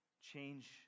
change